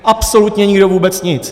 Absolutně nikdo vůbec nic!